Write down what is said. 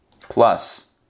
plus